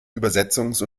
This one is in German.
übersetzungs